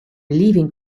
leaving